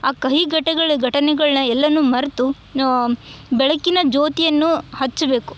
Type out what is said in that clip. ಆ ಕಹಿ ಗಟಗಳೆ ಘಟನೆಗಳ್ನ ಎಲ್ಲನು ಮರೆತು ಬೆಳಕಿನ ಜ್ಯೋತಿಯನ್ನು ಹಚ್ಬೇಕು